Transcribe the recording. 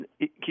Keep